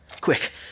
Quick